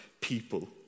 people